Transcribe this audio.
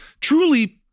truly